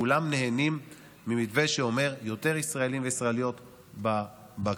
כולם נהנים ממתווה שאומר: יותר ישראלים וישראליות בקבוצות,